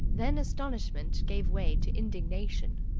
then astonishment gave way to indignation.